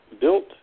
built